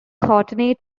courtenay